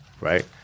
right